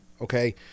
Okay